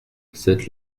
cette